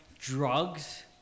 drugs